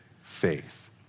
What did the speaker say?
faith